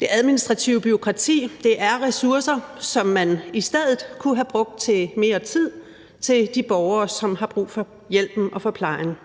Det administrative bureaukrati er ressourcer, som man i stedet kunne have brugt til mere tid til de borgere, som har brug for hjælpen og for plejen. Men